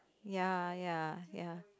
ya ya ya